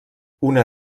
una